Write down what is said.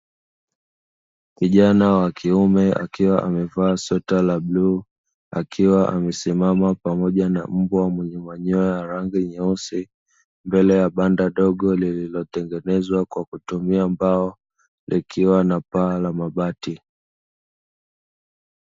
Kijana wa kiume akiwa amevaa sweta la bluu akiwa amesimama pamoja na mbwa mwenye manyoya ya rangi nyeusi, mbele ya banda dogo lililotengenezwa kwa kutumia mbao likiwa na paa la mabati.